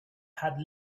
had